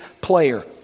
player